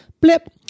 blip